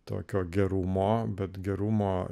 tokio gerumo bet gerumo